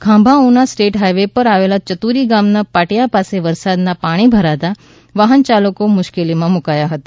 Khambha Una state highway પર આવેલ યતુરી ગામના પાટીયા પાસે વરસાદ પાણી ભરાતા વાહનચાલકો મુશ્કેલીમાં મુકાયા હતા